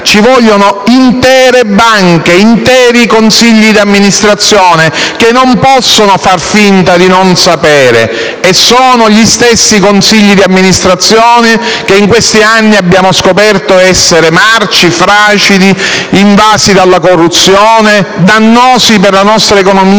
ci vogliono intere banche, interi consigli d'amministrazione, che non possono far finta di non sapere. Sono gli stessi consigli d'amministrazione che in questi anni abbiamo scoperto essere marci, fradici, invasi dalla corruzione, dannosi per la nostra economia,